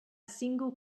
single